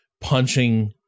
punching